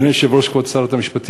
אדוני היושב-ראש, כבוד שרת המשפטים,